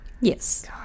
Yes